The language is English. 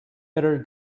better